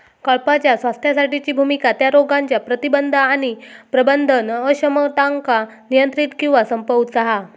कळपाच्या स्वास्थ्यासाठीची भुमिका त्या रोगांच्या प्रतिबंध आणि प्रबंधन अक्षमतांका नियंत्रित किंवा संपवूची हा